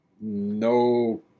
No